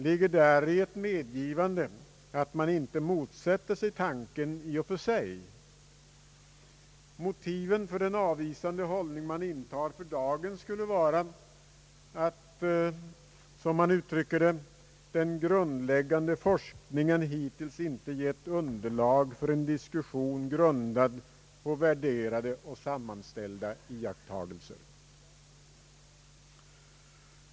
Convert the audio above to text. Ligger däri ett medgivande att man inte motsätter sig tanken i och för sig? Motiven för den avvisande hållning man intar för dagen skulle vara, som man uttrycker det, att den grundläggande forskningen hittills inte gett underlag för en diskussion grundad på värderade och sammanställda iakttagelser.